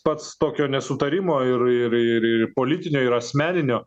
pats tokio nesutarimo ir ir ir politinio ir asmeninio